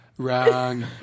Wrong